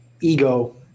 ego